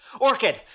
Orchid